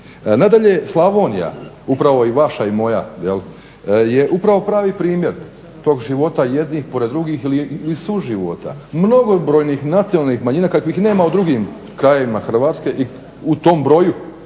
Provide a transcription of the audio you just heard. Nadalje, Slavonija, upravo i vaša i moja jel', je upravo pravi primjer tog života jednih pored drugih ili suživota mnogobrojnih nacionalnih manjina kakvih nema u drugim krajevima Hrvatske, u tom broju,